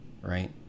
right